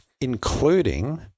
including